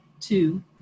Two